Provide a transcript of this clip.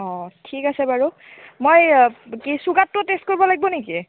অ ঠিক আছে বাৰু মই কি চুগাৰটো টেষ্ট কৰিব লাগিব নেকি